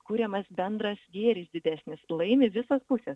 kuriamas bendras gėris didesnis laimi visos pusės